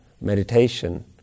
meditation